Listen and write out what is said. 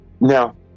now